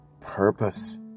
purpose